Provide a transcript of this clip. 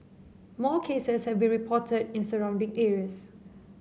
more cases have been reported in surrounding areas